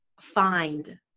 find